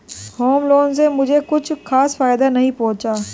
home loan से मुझे कुछ खास फायदा नहीं पहुंचा